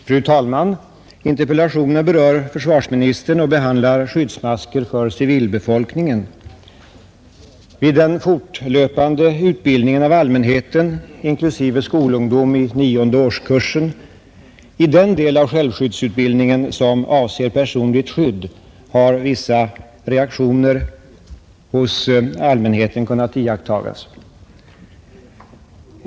Fru talman! Vid den kontinuerligt pågående utbildningen av allmänheten, inklusive skolungdom i nionde årskursen, i den del av självskyddsutbildningen som avser ”Personligt skydd” har vissa reaktioner hos deltagarna iakttagits.